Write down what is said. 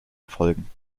erfolgen